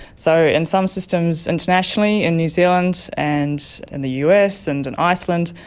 so in some systems internationally, in new zealand and in the us and in iceland,